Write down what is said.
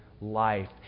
life